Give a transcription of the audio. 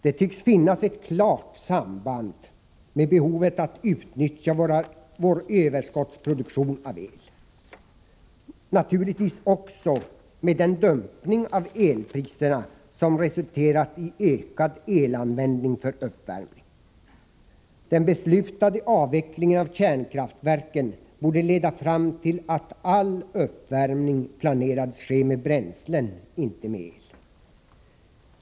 Det tycks finnas ett klart samband med behovet att utnyttja vår överskottsproduktion av el — naturligtvis också med den dumpning av elpriserna som har resulterat i ökad användning av el för uppvärmning. Den beslutade avvecklingen av kärnkraften borde leda fram till att all uppvärmning planeras ske med bränslen, inte med el.